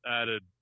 added